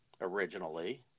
originally